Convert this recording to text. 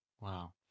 Wow